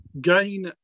Gain